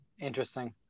Interesting